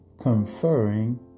conferring